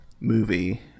movie